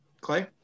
Clay